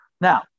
Now